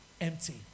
empty